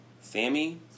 Sammy